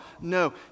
No